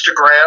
Instagram